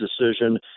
decision